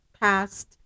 past